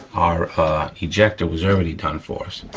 our ah ejector was already done for us.